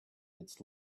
its